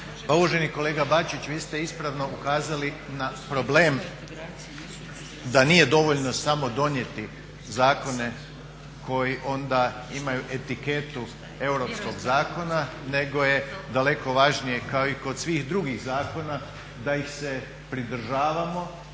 uvaženi kolega Bačić, vi ste ispravno ukazali na problem da nije dovoljno samo donijeti zakone koji onda imaju etiketu europskog zakona nego je daleko važnije kao i kod svih drugih zakona da ih se pridržavamo,